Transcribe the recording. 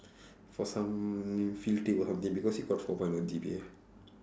for some field thing or something because he got four point O G_P_A